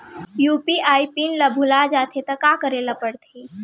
UPI PIN ल भुला जाथे त का करे ल पढ़थे?